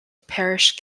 parish